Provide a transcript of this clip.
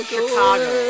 Chicago